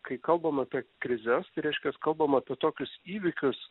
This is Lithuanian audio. kai kalbam apie krizes tai reiškias kalbam apie tokius įvykius